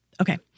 Okay